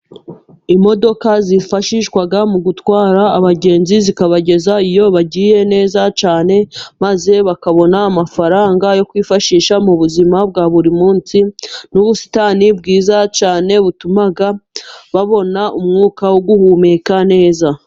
Imodoka zifashishwa mu gutwara abagenzi zikabageza iyo bagiye neza cyane, maze bakabona amafaranga yo kwifashisha mu buzima bwa buri munsi, n'ubusitani bwiza cyane butuma babona umwuka wo guhumeka neza.